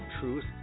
Truth